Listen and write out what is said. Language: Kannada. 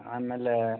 ಆಮೇಲೆ